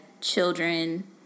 children